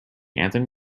anthem